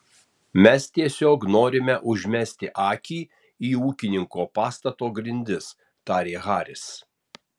mes tiesiog norime užmesti akį į ūkinio pastato grindis tarė haris